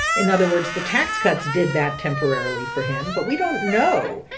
in other words, the tax cuts did that temporarily for him, but we don't know.